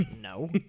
No